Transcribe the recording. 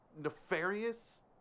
nefarious